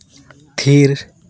ᱛᱷᱤᱨ